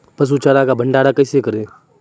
पसु चारा का भंडारण कैसे करें?